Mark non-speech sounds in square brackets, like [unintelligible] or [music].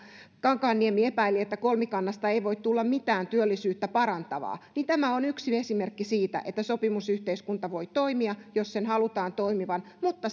kankaanniemi epäili että kolmikannasta ei voi tulla mitään työllisyyttä parantavaa mutta tämä on yksi esimerkki siitä että sopimusyhteiskunta voi toimia jos sen halutaan toimivan mutta [unintelligible]